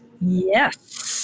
Yes